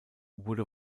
wurde